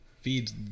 Feeds